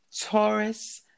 Taurus